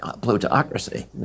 plutocracy